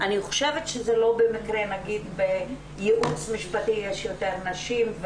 אני חושבת שזה לא במקרה שבייעוץ משפטי יש יותר נשים,